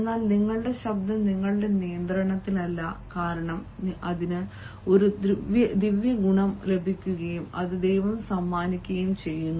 എന്നാൽ നിങ്ങളുടെ ശബ്ദം നിങ്ങളുടെ നിയന്ത്രണത്തിലല്ല കാരണം അതിന് ഒരു ദിവ്യഗുണം ലഭിക്കുകയും അത് ദൈവം സമ്മാനിക്കുകയും ചെയ്യുന്നു